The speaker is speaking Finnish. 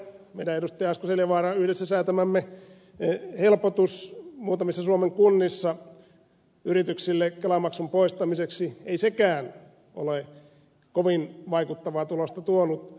asko seljavaaran kanssa yhdessä säätämämme helpotus muutamissa suomen kunnissa yrityksille kelamaksun poistamiseksi ei sekään ole kovin vaikuttavaa tulosta tuonut